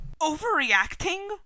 Overreacting